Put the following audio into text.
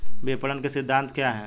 विपणन के सिद्धांत क्या हैं?